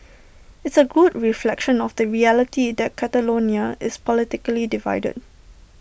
it's A good reflection of the reality that Catalonia is politically divided